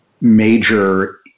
major